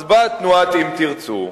אז באה תנועת "אם תרצו",